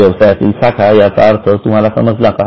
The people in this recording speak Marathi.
व्यवसायातील साठा याचा अर्थ तुम्हाला समजला का